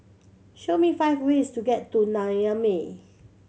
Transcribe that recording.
show me five ways to get to Niamey